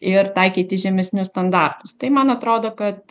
ir taikyti žemesnius standartus tai man atrodo kad